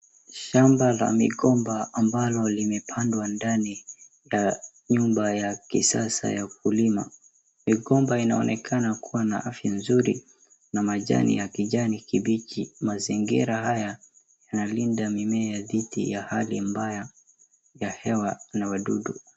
Shaaba la migomba ambalo limepandwa ndani ya nyumba ya kisasa ya ukulima. Migomba inaonekana kuwa na afya mzuri na majani ya kijani kimbichi. Mazingira haya yanalinda mimea dhidi ya hali mbaya ya hewa na wadudu.